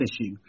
issue